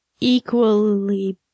equally